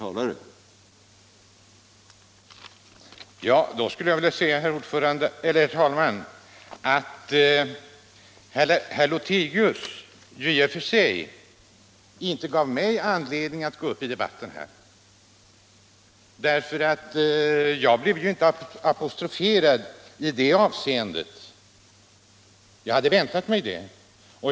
Då, herr talman, skulle jag vilja säga att herr Lothigius inte gav mig anledning att gå upp i debatten, eftersom jag inte blev apostroferad, vilket jag hade väntat mig.